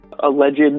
alleged